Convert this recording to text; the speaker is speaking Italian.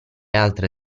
altre